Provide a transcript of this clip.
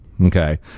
Okay